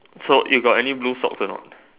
so you got any blue socks or not